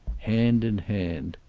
hand in hand.